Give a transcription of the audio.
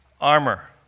armor